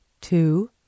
two